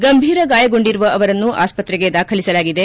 ಗಂಭೀರ ಗಾಯಗೊಂಡಿರುವ ಅವರನ್ನು ಆಸ್ಪತ್ರೆಗೆ ದಾಖಲಿಸಲಾಗಿದೆ